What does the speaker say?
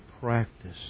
practice